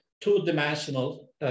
two-dimensional